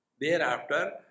thereafter